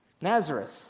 Nazareth